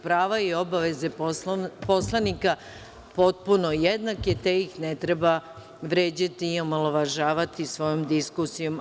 Prava i obaveze poslanika su potpuno jednake, te ih ne treba vređati i omalovažavati svojom diskusijom.